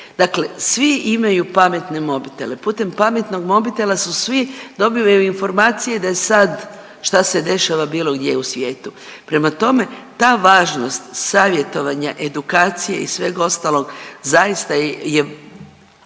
Dakle, svi imaju pametne mobitele. Putom pametnog mobitela su svi dobivaju informacije da je sada što se dešava bilo gdje u svijetu. Prema tome, ta važnost savjetovanja, edukacije i svega ostalog zaista je